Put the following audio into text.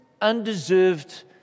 undeserved